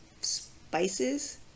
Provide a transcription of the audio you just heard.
spices